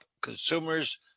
consumers